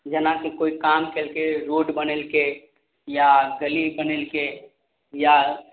जेना कि कोइ काम क लकै रोड बनेलकय या गली बनेलकय या